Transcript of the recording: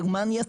גרמניה,